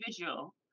individual